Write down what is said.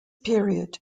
period